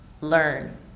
learn